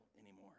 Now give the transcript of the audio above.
anymore